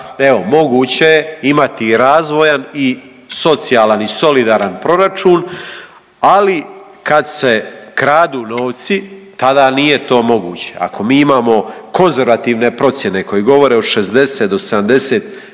moguće je imati i razvojan i socijalan i solidaran proračun. Ali kad se kradu novci tada nije to moguće. Ako mi imamo konzervativne procjene koje govore o 60